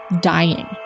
dying